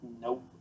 Nope